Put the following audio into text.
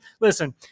Listen